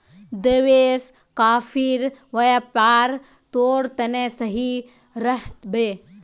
देवेश, कॉफीर व्यापार तोर तने सही रह बे